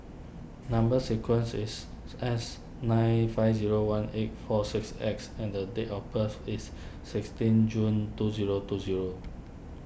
Number Sequence is S nine five zero one eight four six X and date of birth is sixteen June two zero two zero